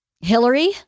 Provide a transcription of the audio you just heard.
Hillary